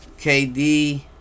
KD